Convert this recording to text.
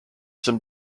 some